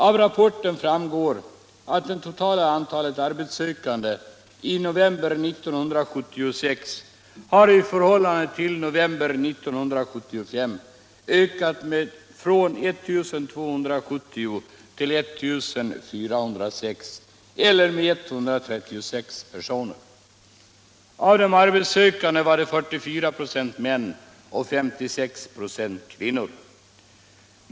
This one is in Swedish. Av rapporten framgår att det totala antalet arbetssökande i november 1976 i förhållande till november 1975 har ökat från 1 270 till 1 406, eller med 136 personer. Av de arbetssökande var 44 96 män och 56 ?6 kvinnor.